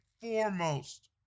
foremost